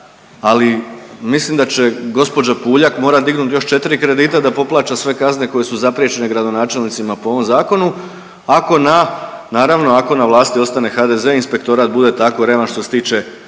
ali mislim da će gđa Puljak morati dignuti još 4 kredita da poplaća sve kazne koje su zapriječene gradonačelnicima po ovom Zakonu, ako na, naravno, ako na vlasti ostane HDZ i Inspektorat bude tako revan što se tiče